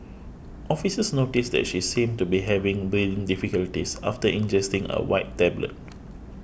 officers notices that she seemed to be having breathing difficulties after ingesting a white tablet